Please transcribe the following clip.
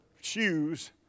shoes